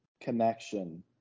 connection